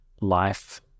life